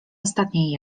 ostatniej